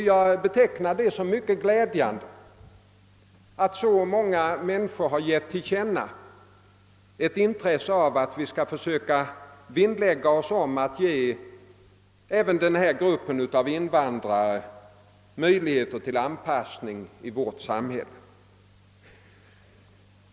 Jag betraktar det som mycket glädjande att så många människor givit till känna ett intresse för att vi skall försöka ge även denna grupp av invandrare möjligheter till anpassning i vårt samhälle.